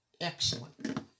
Excellent